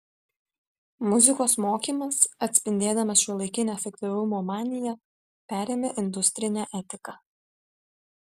muzikos mokymas atspindėdamas šiuolaikinę efektyvumo maniją perėmė industrinę etiką